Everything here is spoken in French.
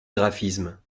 graphismes